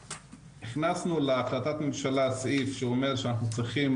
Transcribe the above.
הכנסנו להחלטת הממשלה סעיף שאומר שאנחנו צריכים,